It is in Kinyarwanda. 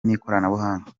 n’ikoranabuhanga